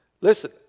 listen